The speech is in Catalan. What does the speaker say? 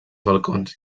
balcons